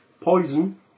poison